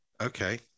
Okay